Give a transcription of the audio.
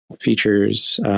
features